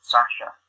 Sasha